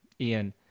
Ian